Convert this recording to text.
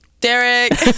Derek